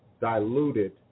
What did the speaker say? diluted